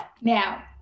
Now